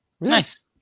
Nice